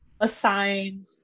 assigned